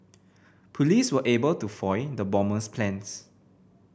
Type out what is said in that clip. police were able to foil the bomber's plans